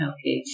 Okay